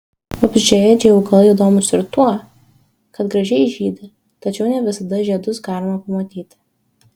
vabzdžiaėdžiai augalai įdomūs ir tuo kad gražiai žydi tačiau ne visada žiedus galima pamatyti